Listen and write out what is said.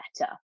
better